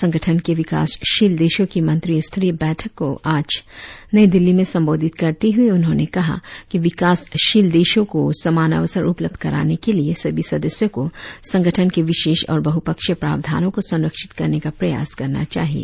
संगठन के विकासशील देशों की मंत्रिस्तरीय बैठक को आज नई दिल्ली में संबोधित करते हुए उन्होंने कहा कि विकासशील देशों को समान अवसर उपलब्ध कराने के लिए सभी सदस्यों को संगठन के विशेष और बहुपक्षीय प्रावधानों को संरक्षित करने का प्रयास करना चाहिए